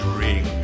ring